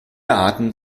arten